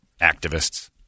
activists